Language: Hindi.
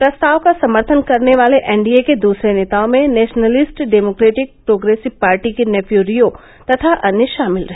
प्रस्ताव का समर्थन करने वाले एनडीए के दूसरे नेताओं में नेशनलिस्ट डेमोकेट्रिक प्रोग्रेसिव पार्टी के नेफ्यू रियो तथा अन्य शामिल रहे